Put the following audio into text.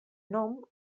nom